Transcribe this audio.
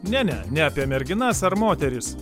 ne ne ne apie merginas ar moteris